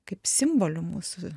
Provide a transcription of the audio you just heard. kaip simboliu mūsų